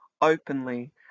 openly